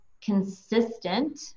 consistent